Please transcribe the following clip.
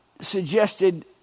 suggested